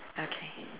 okay